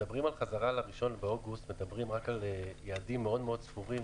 כשמדברים על חזרה ב-1 באוגוסט מדברים רק על יעדים מאוד מאוד סגורים.